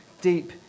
deep